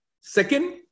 Second